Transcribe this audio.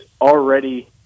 already